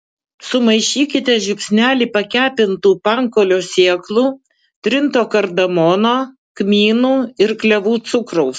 sumaišykite žiupsnelį pakepintų pankolio sėklų trinto kardamono kmynų ir klevų cukraus